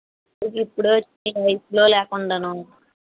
ఇప్పుడే వచ్చాయి లేకుండా